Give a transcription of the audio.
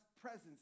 presence